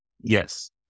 Yes